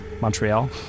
Montreal